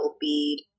bead